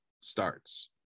starts